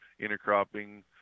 intercropping